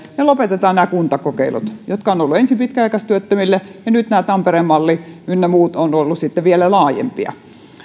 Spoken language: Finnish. ja lopetetaan nämä kuntakokeilut jotka ovat olleet ensin pitkäaikaistyöttömille ja joista nyt tampereen malli ynnä muut ovat olleet sitten vielä laajempia